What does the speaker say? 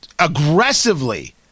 aggressively